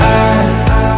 eyes